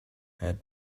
had